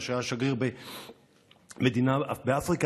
כאשר היה שגריר במדינה באפריקה,